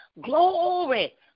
glory